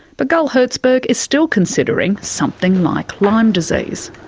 but gull herzberg is still considering something like lyme disease.